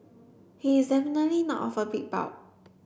he is definitely not of a big bulk